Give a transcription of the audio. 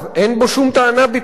אין בו שום טענה ביטחונית.